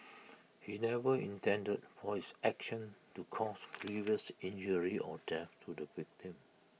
he never intended for his action to cause grievous injury or death to the victim